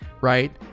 right